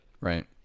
Right